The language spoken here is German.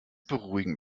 beruhigen